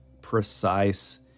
precise